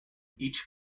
each